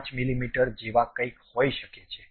5 મીમી જેવા કંઈક હોઈ શકે છે